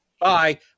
bye